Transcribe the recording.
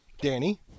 danny